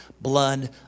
blood